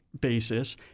basis